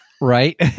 Right